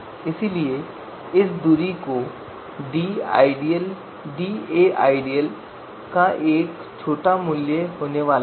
इसलिए इस दूरी के daideal का एक छोटा मूल्य होने वाला है